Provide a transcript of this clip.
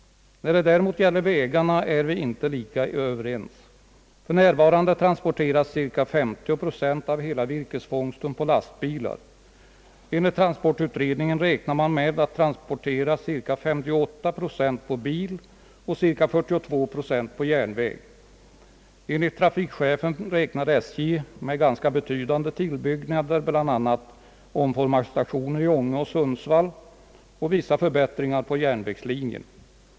När det gäller vägarna är vi inte lika ense. För närvarande transporteras cirka 50 procent av hela virkesfångsten på lastbilar. Enligt transportutredningen räknar man med att transportera cirka 58 procent på bil och cirka 42 procent på järnväg. Enligt trafikchefen räknar SJ med ganska betydande tillbyggnader, bl.a. omformarstationer i Ånge och Sundsvall och vissa förbättringar på järnvägslinjen.